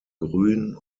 grün